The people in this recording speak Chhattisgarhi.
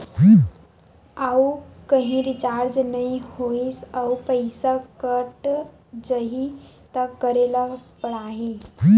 आऊ कहीं रिचार्ज नई होइस आऊ पईसा कत जहीं का करेला पढाही?